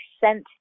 sent